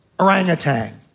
orangutan